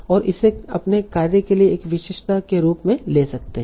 और इसे अपने कार्य के लिए एक विशेषता के रूप में ले सकते है